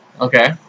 Okay